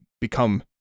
become